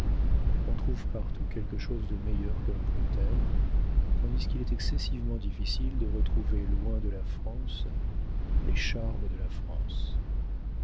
on trouve partout quelque chose de meilleur que l'angleterre tandis qu'il est excessivement difficile de retrouver loin de la france les charmes de la france